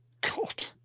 God